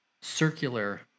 circular